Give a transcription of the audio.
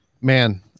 man